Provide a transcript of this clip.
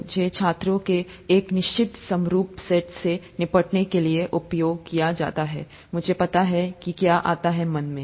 मुझे छात्रों के एक निश्चित समरूप सेट से निपटने के लिए उपयोग किया जाता है मुझे पता है कि क्या आता है मन में